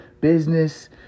business